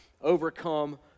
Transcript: overcome